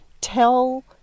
tell